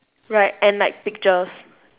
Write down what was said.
right and like pictures